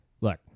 Look